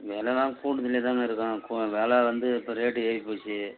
வெலைலாம் கூடிக்கினே தாங்க இருக்கும் கு வெலை வந்து இப்போ ரேட்டு ஏறிப் போச்சு